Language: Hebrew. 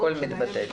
הכול מתבטל.